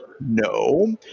No